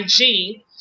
IG